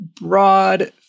broad